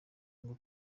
ngo